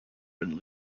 been